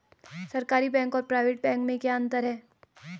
सरकारी बैंक और private bank में क्या क्या अंतर हैं?